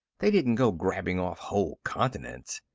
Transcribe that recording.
they didn't go grabbing off whole continents.